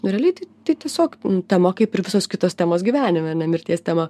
nu realiai tai tai tiesiog tema kaip ir visos kitos temos gyvenime ar ne mirties tema